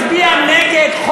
שנהיה פה עד הבוקר,